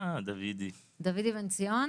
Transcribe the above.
דוידי בן ציון